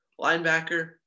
Linebacker